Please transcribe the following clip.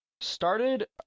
started